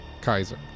Kaiser